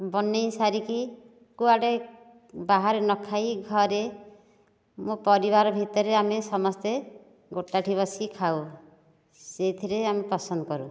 ବନାଇ ସାରିକି କୁଆଡ଼େ ବାହାରେ ନ ଖାଇ ଘରେ ମୋ ପରିବାର ଭିତରେ ଆମେ ସମସ୍ତେ ଗୋଟିଏଠି ବସିକି ଖାଉ ସେହିଥିରେ ଆମେ ପସନ୍ଦ କରୁ